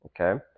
Okay